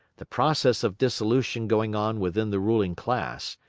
the process of dissolution going on within the ruling class,